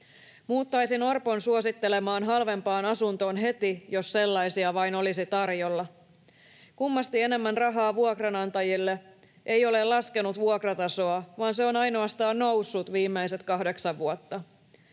Muuttaisin Orpon suosittelemaan halvempaan asuntoon heti, jos sellaisia vain olisi tarjolla. Kummasti enemmän rahaa vuokranantajille ei ole laskenut vuokratasoa, vaan se on ainoastaan noussut viimeiset 8 vuotta.